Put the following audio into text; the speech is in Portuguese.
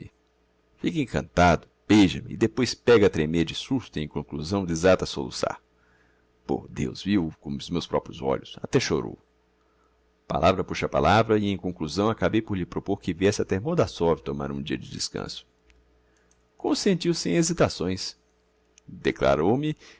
fica encantado beija me e depois pega a tremer de susto e em conclusão desata a soluçar por deus vi-o com meus proprios olhos até chorou palavra puxa palavra e em conclusão acabei por lhe propôr que viesse até mordassov tomar um dia de descanso consentiu sem hesitações declarou-me que